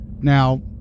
Now